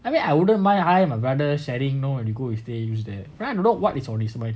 I mean I wouldn't mind I am err rather sharing you know if you go there you use there but then I don't know what is on his mind